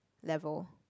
level